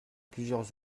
plusieurs